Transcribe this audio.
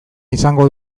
izango